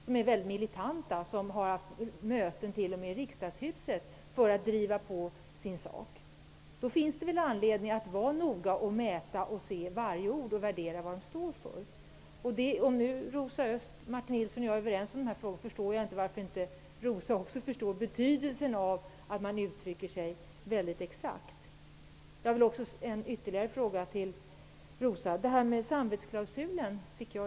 Den är mycket militant och har t.o.m. haft möte i riksdagshuset för att driva på sin sak. Då finns det väl anledning att vara noga och mäta varje ord och värdera vad de står för. Om Rosa Östh, Martin Nilsson och jag är överens om dessa frågor förstår jag inte varför inte Rosa Östh förstår betydelsen av att man uttrycker sig mycket exakt. Östh. Jag fick inget besked från majoriteten i frågan om samvetsklausulen.